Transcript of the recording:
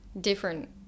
different